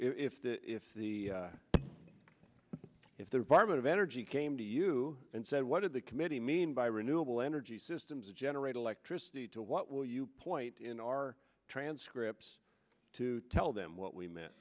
if if the if the department of energy came to you and said what are the committee mean by renewable energy systems to generate electricity to what will you point in our transcripts to tell them what we me